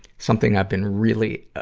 something i've been really, ah,